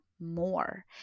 more